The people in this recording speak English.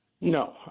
No